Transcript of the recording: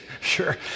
sure